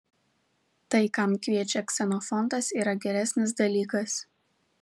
tai kam kviečia ksenofontas yra geresnis dalykas